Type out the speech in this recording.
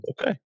Okay